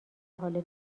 حال